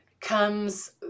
comes